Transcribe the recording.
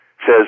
says